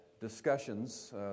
discussions